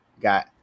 got